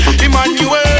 Emmanuel